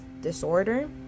disorder